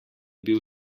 bil